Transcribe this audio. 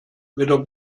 weder